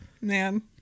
Man